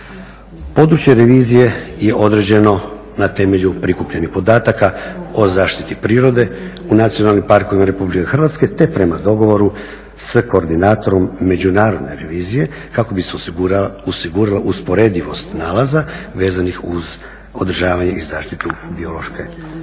Područje revizije je odrađeno na temelju prikupljenih podataka o zaštiti prirode u nacionalnim parkovima Republike Hrvatske, te prema dogovoru sa koordinatorom međunarodne revizije kako bi se osigurala usporedivost nalaza vezanih uz održavanje i zaštitu biološke